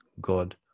God